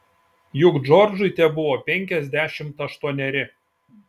juk džordžui tebuvo penkiasdešimt aštuoneri